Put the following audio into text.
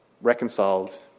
reconciled